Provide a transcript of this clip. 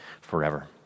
forever